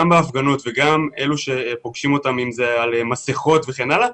גם בהפגנות וגם אלה שפוגשים אותם ברחוב בעניין עטיית מסכות וכן הלאה,